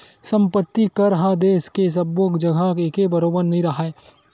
संपत्ति कर ह देस के सब्बो जघा एके बरोबर नइ राहय